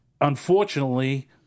unfortunately